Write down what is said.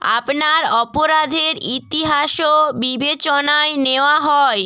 আপনার অপরাধের ইতিহাসও বিবেচনায় নেওয়া হয়